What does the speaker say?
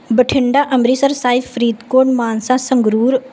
Bathinda Amritsar Sahib Faridkot Mansa Sangrur